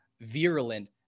virulent